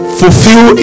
fulfill